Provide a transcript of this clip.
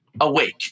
awake